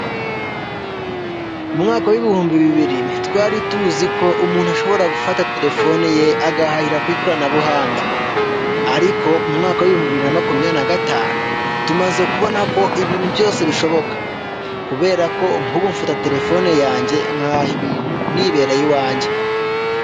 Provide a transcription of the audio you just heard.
Mu mwaka w'ibihumbi bibiri ntitwari tuzi ko umuntu ashobora gufata telefone, ye agahahira ku ikoranabuhanga ariko mu mwaka w'ibihumbi bibiri na makumyabiri nagatanu, tumaze kubona ko ibintu byose bishoboka kubera ko nkubu mfata telefone yanjye nkahahira ibintu nibereye iwanjye.